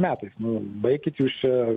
metais nu baikit jūs čia